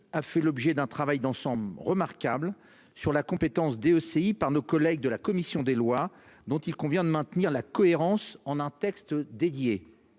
a fait l'objet d'un travail d'ensemble sur la compétence Deci de la part nos collègues de la commission des lois. Il convient d'en maintenir la cohérence dans un texte dédié.